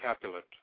Capulet